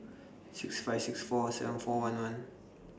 six five six four seven four one one